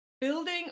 building